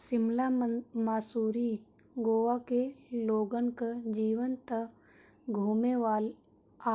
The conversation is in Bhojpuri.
शिमला, मसूरी, गोवा के लोगन कअ जीवन तअ घूमे